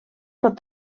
pot